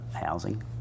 housing